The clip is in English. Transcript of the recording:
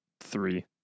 three